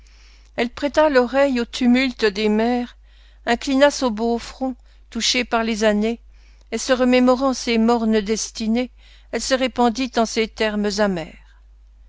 elle prêta l'oreille au tumulte des mers inclina son beau front touché par les années et se remémorant ses mornes destinées elle se répandit en ces termes amers